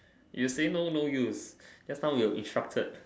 you say no no use just now we were instructed